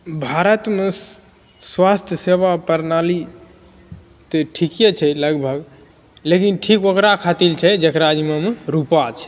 भारतमे स्वास्थसेवा प्रणाली तऽ ठीके छै लगभग लेकिन ठीक ओकरा खातिर छै जेकरा जिम्मामे रुपआ छै